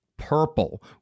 purple